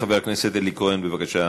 חבר הכנסת אלי כהן, בבקשה.